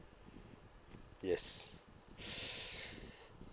yes